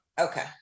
Okay